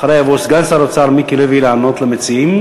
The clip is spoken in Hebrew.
אחריה יבוא סגן שר האוצר מיקי לוי לענות למציעים.